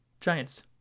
Giants